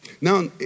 Now